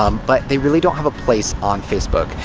um but they really don't have a place on facebook.